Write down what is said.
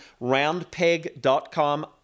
roundpeg.com